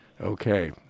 Okay